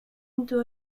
into